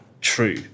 true